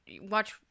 Watch